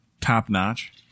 top-notch